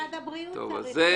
גם משרד הבריאות צריך להיות.